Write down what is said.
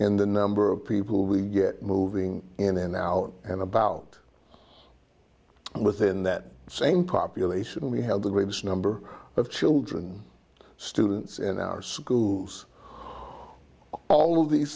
in the number of people we get moving in and out and about within that same population we have the ribs number of children students in our schools all of these